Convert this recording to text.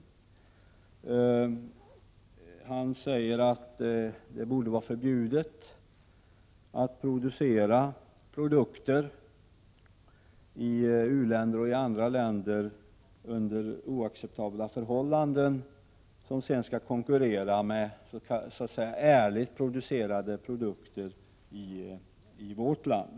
Per-Ola Eriksson säger att det borde vara förbjudet att tillverka produkter i u-länder och andra länder, där man arbetar under oacceptabla förhållanden — produkter som sedan skall konkurrera med ärligt tillverkade produkter i vårt land.